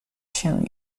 się